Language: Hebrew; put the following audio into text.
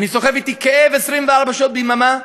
אני סוחב אתי כאב 24 שעות ביממה,